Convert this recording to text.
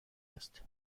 ist